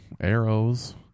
arrows